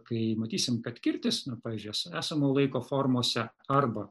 kai matysim kad kirtis na pavyzdžiui es esamojo laiko formose arba